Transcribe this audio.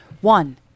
One